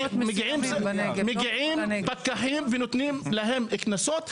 מגיעים פקחים ונותנים להם קנסות,